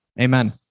Amen